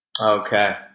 Okay